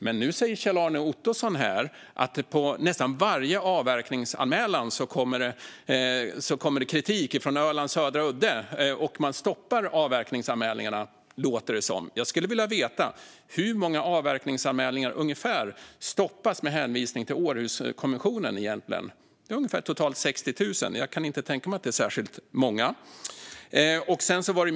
Men nu säger Kjell-Arne Ottosson att det i fråga om nästan varje avverkningsanmälan kommer kritik från Ölands södra udde och att det stoppar avverkningarna, låter det som. Jag skulle vilja veta ungefär hur många avverkningar som egentligen stoppas med hänvisning till Århuskonventionen. Jag kan inte tänka mig att det gäller särskilt många av de ungefär 60 000 anmälningarna.